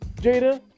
Jada